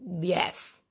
Yes